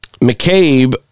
McCabe